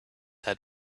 had